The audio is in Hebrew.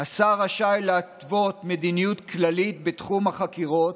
"השר רשאי להתוות מדיניות כללית בתחום החקירות"